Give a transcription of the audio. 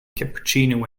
cappuccino